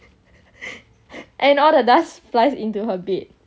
and all the dust flies into her bed